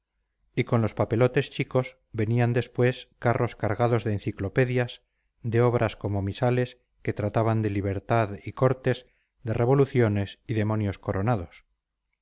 y con los papelotes chicos venían después carros cargados de enciclopedias de obras como misales que trataban de libertad y cortes de revoluciones y demonios coronados